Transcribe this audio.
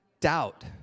Doubt